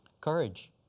Courage